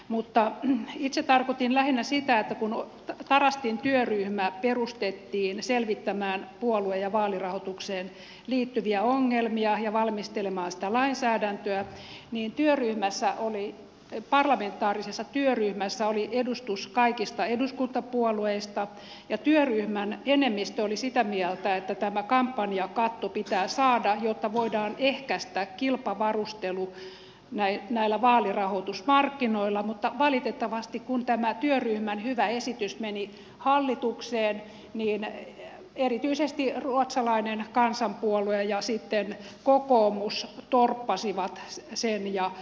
mutta itse tarkoitin lähinnä sitä että kun tarastin työryhmä perustettiin selvittämään puolue ja vaalirahoitukseen liittyviä ongelmia ja valmistelemaan sitä lainsäädäntöä niin parlamentaarisessa työryhmässä oli edustus kaikista eduskuntapuolueista ja työryhmän enemmistö oli sitä mieltä että tämä kampanjakatto pitää saada jotta voidaan ehkäistä kilpavarustelu näillä vaalirahoitusmarkkinoilla mutta valitettavasti kun tämä työryhmän hyvä esitys meni hallitukseen erityisesti ruotsalainen kansanpuolue ja sitten kokoomus torppasivat sen